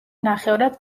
ნახევრად